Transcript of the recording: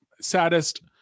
saddest